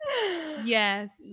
Yes